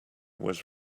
was